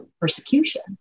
persecution